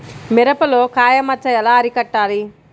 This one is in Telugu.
మిరపలో కాయ మచ్చ ఎలా అరికట్టాలి?